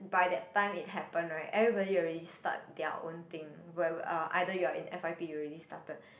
by that time it happened right everybody already start their own thing where um either you are in f_y_p you already started